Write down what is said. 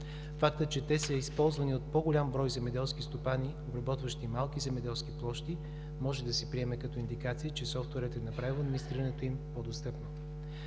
Фактът, че те са използвани от по-голям брой земеделски стопани, обработващи малки земеделски площи, може да се приеме като индикации, че софтуерът е направил администрирането им по достъпно.